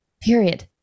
Period